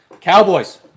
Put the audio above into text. Cowboys